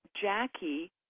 Jackie